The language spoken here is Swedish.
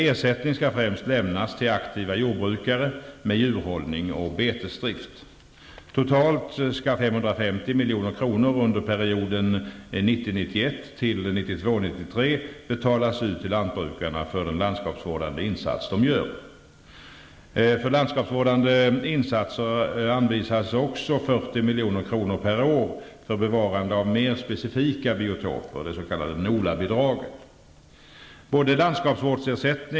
Ersättning skall främst lämnas till aktiva jordbrukare med djurhållning och betesdrift. Totalt skall 550 milj.kr. under perioden 1990 93 betalas ut till lantbrukarna för den landskapsvårdande insats som de gör.